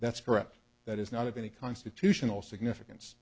that's correct that is not of any constitutional significance